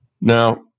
Now